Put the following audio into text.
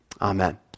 Amen